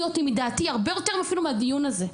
אותי מדעתי הרבה יותר אפילו מהדיון הזה,